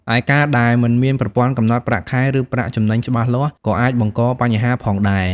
ឯ ការដែលមិនមានប្រព័ន្ធកំណត់ប្រាក់ខែ ឬប្រាក់ចំណេញច្បាស់លាស់ ក៏អាចបង្កបញ្ហាផងដែរ។